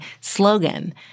slogan